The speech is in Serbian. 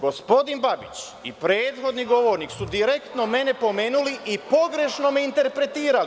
Gospodin Babić i prethodni govornik su direktno mene pomenuli i pogrešno me interpretirali.